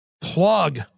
plug